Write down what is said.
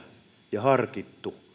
ja harkittu